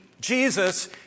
Jesus